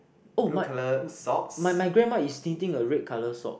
oh my my my grandma is knitting a red colour sock